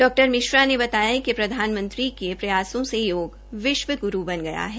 डॉ मिश्रा ने बताया कि प्रधानमंत्री के प्रयासों से योग विश्व गुरू बन पाया है